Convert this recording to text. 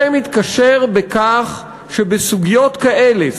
זה מתקשר בכך שבסוגיות כאלה,